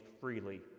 freely